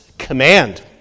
command